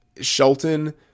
Shelton